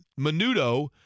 Menudo